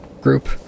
group